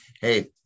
Hey